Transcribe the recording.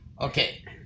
Okay